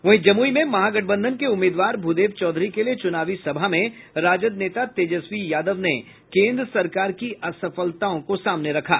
वहीं जमुई में महागठबंधन के उम्मीदवार भूदेव चौधरी के लिए चुनावी सभा में राजद नेता तेजस्वी यादव ने केन्द्र सरकार की असफलताओं को सामने रखा